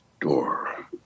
Door